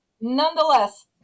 Nonetheless